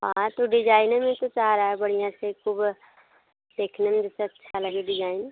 हाँ तो डिजाइनें में तो चाह रहा है बढ़िया से खूब देखने में जैसे अच्छा लगे डिजाइन